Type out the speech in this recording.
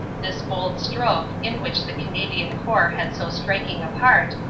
this bold stroke, in which the ca nadian corps had so striking a part,